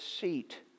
seat